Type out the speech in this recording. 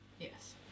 Yes